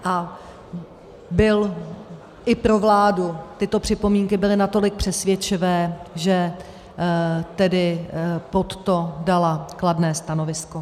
A byl i pro vládu, tyto připomínky byly natolik přesvědčivé, že pod to dala kladné stanovisko.